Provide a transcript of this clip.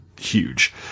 huge